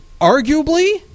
arguably